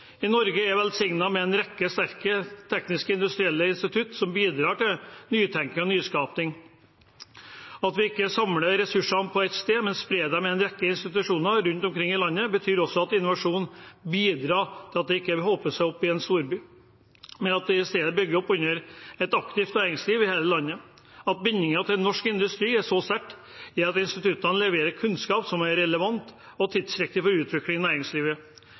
innovasjon. Norge er velsignet med en rekke sterke teknisk-industrielle institutter som bidrar til nytenking og nyskaping. At vi ikke samler ressursene på ett sted, men sprer dem til en rekke institusjoner rundt omkring i landet, betyr også at den innovasjonen de bidrar til, ikke blir hopet opp i én storby, men at de i stedet bygger opp under et aktivt næringsliv i hele landet. At bindingen til norsk industri er så sterk, gjør at instituttene leverer kunnskap som er relevant og tidsriktig for utviklingen i næringslivet.